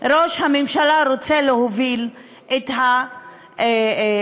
שראש הממשלה רוצה להוביל את המדינה.